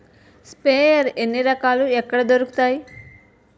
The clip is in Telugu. స్ప్రేయర్ ఎన్ని రకాలు? ఎక్కడ దొరుకుతాయి?